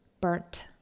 Burnt